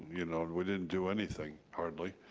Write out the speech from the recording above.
you know we didn't do anything hardly,